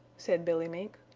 said billy mink.